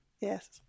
yes